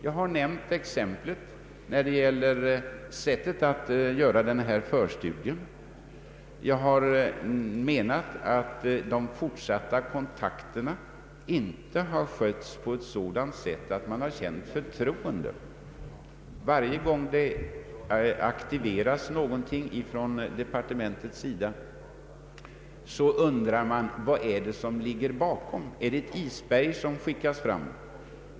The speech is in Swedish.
Jag har som exempel nämnt sättet att göra den här förstudien och framhållit att de fortsatta kontakterna inte har skötts på ett sådant sätt att man har känt förtroende. Varje gång depar tementet aktiverar en fråga, undrar man vad som ligger bakom. är det ett isberg som skickas fram?